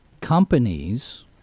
Companies